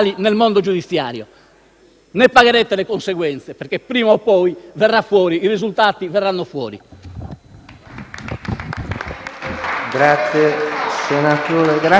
Ne pagherete le conseguenze, perché prima o poi i risultati verranno fuori.